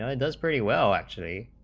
ah does pretty well actually